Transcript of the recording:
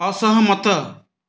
ଅସହମତ